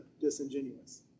disingenuous